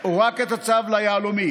או רק את הצו ליהלומים